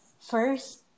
first